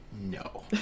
No